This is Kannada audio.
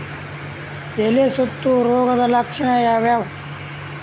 ಎಲೆ ಸುತ್ತು ರೋಗದ ಲಕ್ಷಣ ಯಾವ್ಯಾವ್?